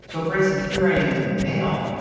so for instance here i am in mail.